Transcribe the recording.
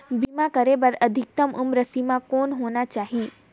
बीमा करे बर अधिकतम उम्र सीमा कौन होना चाही?